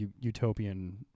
utopian